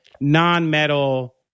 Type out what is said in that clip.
non-metal